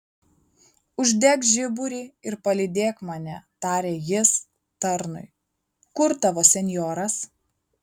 uždek žiburį ir palydėk mane tarė jis tarnui kur tavo senjoras